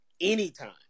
anytime